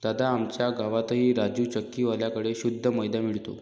दादा, आमच्या गावातही राजू चक्की वाल्या कड़े शुद्ध मैदा मिळतो